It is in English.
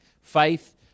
faith